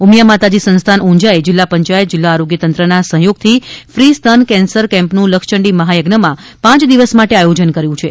ઉમિયા માતાજી સંસ્થાન ઉંઝાએ જિલ્લા પંચાયત જિલ્લા આરોગ્ય તંત્રના સહયોગથી ફી સ્તન કેન્સર કેમ્પનું લક્ષચંડી મહાયજ્ઞમાં પાંચ દિવસ માટે આયોજન કર્યું છે